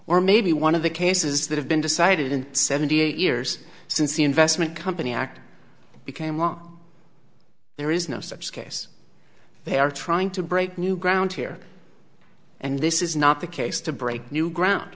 or maybe one of the cases that have been decided in seventy eight years since the investment company act became law there is no such case they are trying to break new ground here and this is not the case to break new ground